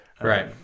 right